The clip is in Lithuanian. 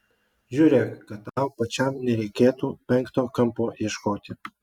žiūrėk kad tau pačiam nereikėtų penkto kampo ieškoti